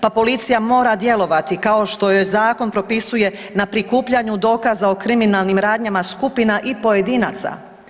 Pa policija mora djelovati kao što joj zakon propisuje na prikupljanju dokaza o kriminalnim radnjama skupina i pojedinaca.